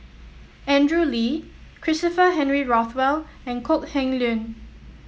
Andrew Lee Christopher Henry Rothwell and Kok Heng Leun